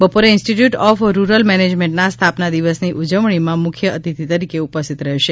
બપોરે institute of rural મેનેજમેંટના સ્થાપના દિવસની ઉજવણીમાં મુખ્ય અતિથિ તરીકે ઉપસ્થિત રહેશે